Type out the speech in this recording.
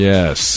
Yes